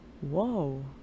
Whoa